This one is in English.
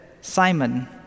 Simon